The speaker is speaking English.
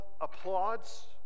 applauds